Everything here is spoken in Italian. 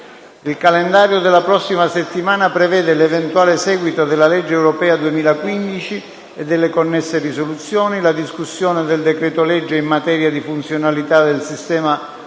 Il calendario della prossima settimana prevede l'eventuale seguito della legge europea 2015 e delle connesse risoluzioni, la discussione del decreto-legge in materia di funzionalità del sistema